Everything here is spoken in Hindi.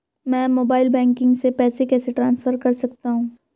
मैं मोबाइल बैंकिंग से पैसे कैसे ट्रांसफर कर सकता हूं?